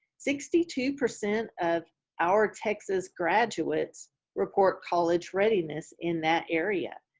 sixty two percent of our texas graduates report college readiness in that area